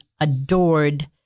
adored